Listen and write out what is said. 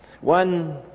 One